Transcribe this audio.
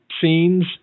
scenes